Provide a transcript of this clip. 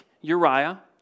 Uriah